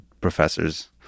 professors